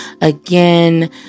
again